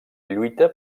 lluita